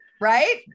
right